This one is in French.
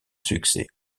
succès